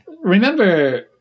remember